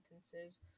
sentences